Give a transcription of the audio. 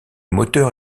moteur